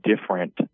different